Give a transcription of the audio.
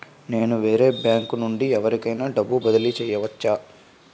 నేను వేరే బ్యాంకు నుండి ఎవరికైనా డబ్బు బదిలీ చేయవచ్చా?